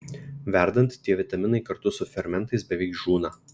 verdant tie vitaminai kartu su fermentais beveik žūna